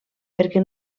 perquè